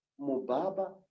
Mubaba